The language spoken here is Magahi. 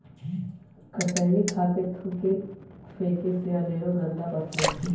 कसेलि खा कऽ थूक फेके से अनेरो गंदा पसरै छै